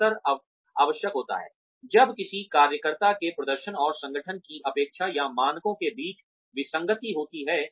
अक्सर आवश्यक होता है जब किसी कार्यकर्ता के प्रदर्शन और संगठन की अपेक्षा या मानकों के बीच विसंगति होती है